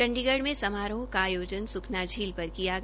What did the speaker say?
चंडीगढ़ में समारोह का आयोजन स्खना झील पर किया गया